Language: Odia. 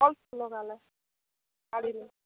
ଫଲ୍ସ୍ ଲଗାଲେ ଶାଢ଼ୀନୁ